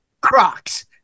Crocs